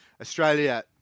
Australia